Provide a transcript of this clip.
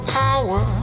power